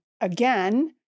again